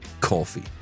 coffee